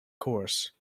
course